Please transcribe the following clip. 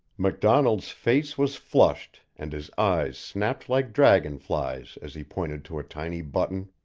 macdonald's face was flushed and his eyes snapped like dragonflies as he pointed to a tiny button.